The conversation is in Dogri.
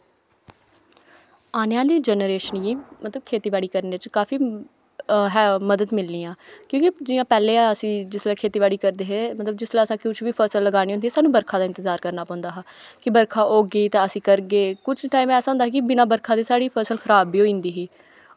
आने आह्ली जनरेशन गी मतलब खेती बाड़ी करने च काफी मदद मिलनी आं क्यूंकि जियां पैह्लें असीं जिसलै खेतीबाड़ी करदे हे मतलब जिसलै असैं कुछ वी फसल लगानी होंदी ही सानू बरखा दा इंतजार करना पौंदा हा कि बरखा होग्गी ते असी करगे कुछ टाइम ऐसा होंदा हा कि बिना बरखा दे साढ़ी फसल खराब बी होई जंदी ही